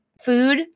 food